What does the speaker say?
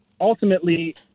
ultimately